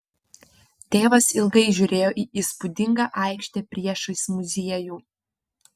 tėvas ilgai žiūrėjo į įspūdingą aikštę priešais muziejų